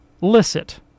licit